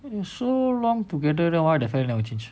you so long together then why the fella never change